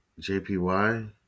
JPY